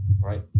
right